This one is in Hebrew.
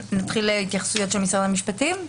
התייחסויות של משרד המשפטים.